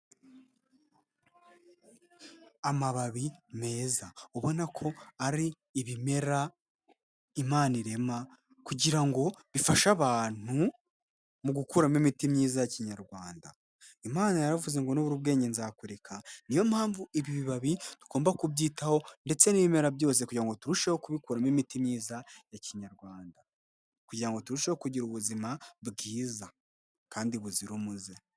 Amababi meza ubona ko ari ibimera Imana irema kugira ngo bifashe abantu mu gukuramo imiti myiza ya kinyarwanda Imana yaravuze ngo nubure ubwenge nzakureka niyo mpamvu ibi bibabi tugomba kubyitaho ndetse n'ibimera byose kugira ngo turusheho kubikuramo imiti myiza ya kinyarwanda kugira ngo turusheho kugira ubuzima bwiza kandi buzira umuze.